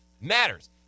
matters